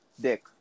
Dick